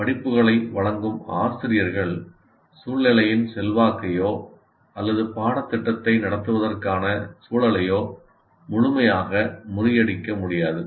படிப்புகளை வழங்கும் ஆசிரியர்கள் சூழ்நிலையின் செல்வாக்கையோ அல்லது பாடத்திட்டத்தை நடத்துவதற்கான சூழலையோ முழுமையாக முறியடிக்க முடியாது